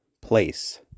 Place